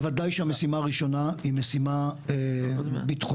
בוודאי שהמשימה הראשונה היא משימה ביטחונית,